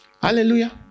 Hallelujah